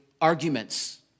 arguments